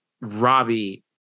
Robbie